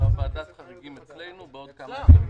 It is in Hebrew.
לוועדת החריגים אצלנו בעוד כמה ימים.